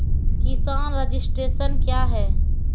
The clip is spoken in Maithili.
किसान रजिस्ट्रेशन क्या हैं?